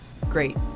great